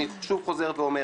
אני שוב חוזר ואומר,